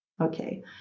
Okay